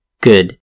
good